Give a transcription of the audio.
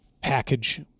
package